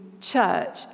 church